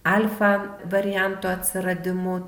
alfa varianto atsiradimu